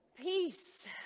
Peace